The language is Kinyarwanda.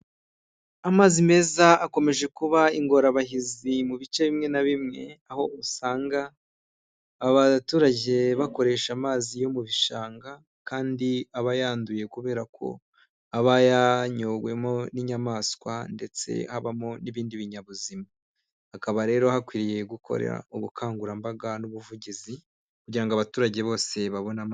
Amazi meza akomeje kuba ingorabahizi mu bice bimwe na bimwe, aho usanga abaturage bakoresha amazi yo mu bishanga kandi aba yanduye, kubera ko aba yanyowemo n'inyamaswa ndetse habamo n'ibindi binyabuzima. Hakaba rero hakwiriye gukorera ubukangurambaga n'ubuvugizi, kugira ngo abaturage bose babone amazi.